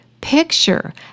Picture